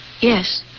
Yes